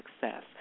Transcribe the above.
success